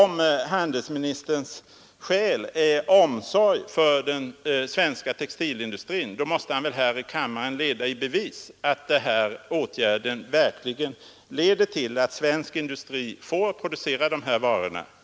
Är handelsministerns skäl omsorg om den svenska textilindustrin måste han väl här i kammaren leda i bevis att denna åtgärd verkligen leder till att svensk industri får producera dessa varor.